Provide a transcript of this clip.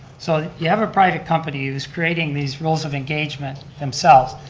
so, you have a private company who's creating these rules of engagement themselves,